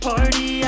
Party